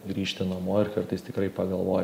grįžti namo ir kartais tikrai pagalvoji